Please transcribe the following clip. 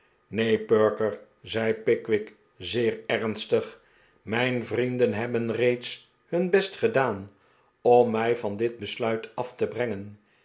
neen perker zei pickwick zeer ernstig mijn vrienden hebben reeds hun best gedaan om mij van dit besluit af te liengen